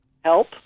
Help